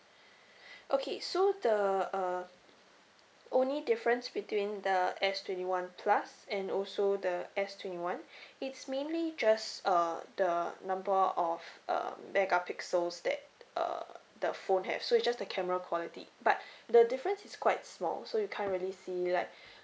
okay so the uh only difference between the S twenty one plus and also the S twenty one it's mainly just uh the number of uh megapixels that uh the phone have so it's just the camera quality but the difference is quite small so you can't really see like